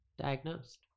Diagnosed